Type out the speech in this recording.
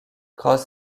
cross